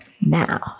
Now